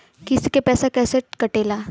किस्त के पैसा कैसे कटेला?